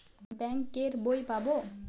Bank এর বই পাবো?